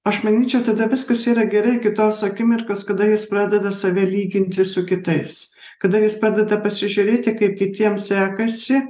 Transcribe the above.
aš manyčiau tada viskas yra gerai iki tos akimirkos kada jis pradeda save lyginti su kitais kada jis padeda pasižiūrėti kaip kitiem sekasi